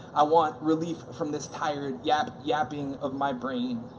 i want relief from this tired yap, yapping of my brain.